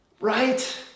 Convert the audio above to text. Right